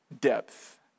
depth